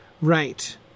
Right